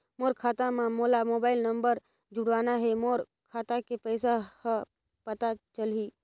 मोर खाता मां मोला मोबाइल नंबर जोड़वाना हे मोर खाता के पइसा ह पता चलाही?